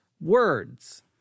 words